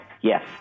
Yes